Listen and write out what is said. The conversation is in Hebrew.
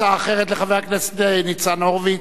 הצעה אחרת לחבר הכנסת ניצן הורוביץ,